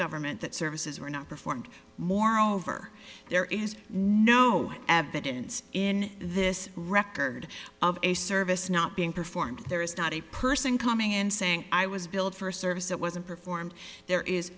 government that services were not performed moreover there is no evidence in this record of a service not being performed there is not a person coming in saying i was billed for a service that wasn't performed there is